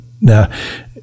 now